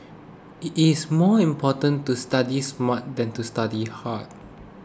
it is more important to study smart than to study hard